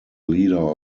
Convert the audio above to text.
leader